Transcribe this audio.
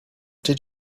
did